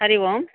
हरिः ओम्